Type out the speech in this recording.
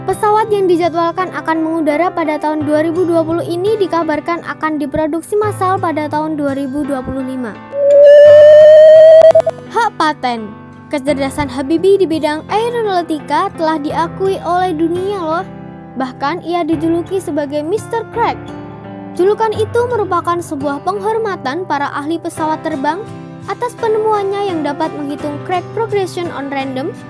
Pesawat yang dijadwalkan akan mengudara pada tahun 2020 ini dikabarkan akan diproduksi massal pada tahun 2025. Hak Patent. Kecerdasan Habibie di bidang aeronautika telah diakui oleh dunia loh. Bahkan ia dijuluki sebagai Mr. Crack. Julukan itu merupakan sebuah penghormatan para ahli pesawat terbang atas penemuannya yang dapat menghitung crack progression on random